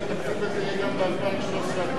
לשנות הכספים 2011 ו-2012,